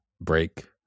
break